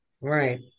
Right